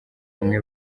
bamwe